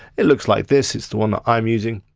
it looks like this. it's the one that i'm using.